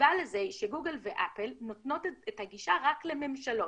הסיבה לזה היא שגוגל ואפל נותנות את הגישה רק לממשלות,